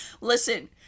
Listen